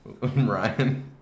Ryan